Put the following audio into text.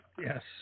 Yes